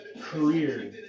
career